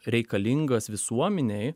reikalingas visuomenei